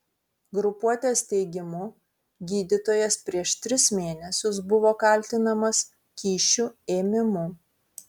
grupuotės teigimu gydytojas prieš tris mėnesius buvo kaltinamas kyšių ėmimu